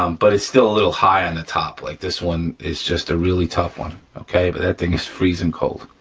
um but it's still a little high on the top. like this one is just a really tough one, okay? but that thing is freezing cold,